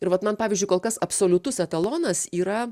ir vat man pavyzdžiui kol kas absoliutus etalonas yra